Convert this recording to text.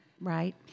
Right